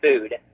food